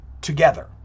Together